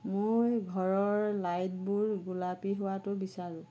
মোৰ ঘৰৰ লাইটবোৰ গোলাপী হোৱাটো বিচাৰোঁ